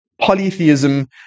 polytheism